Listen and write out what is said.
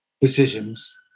decisions